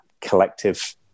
collective